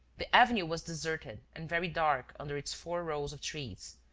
the avenue was deserted and very dark under its four rows of trees,